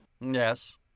Yes